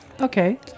Okay